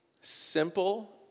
simple